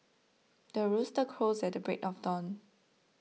the rooster crows at the break of dawn